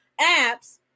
apps